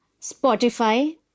Spotify